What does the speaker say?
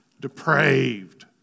depraved